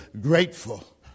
grateful